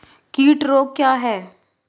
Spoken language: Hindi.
कीट रोग क्या है?